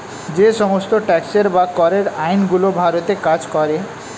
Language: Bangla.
যে সমস্ত ট্যাক্সের বা করের আইন গুলো ভারতে কাজ করে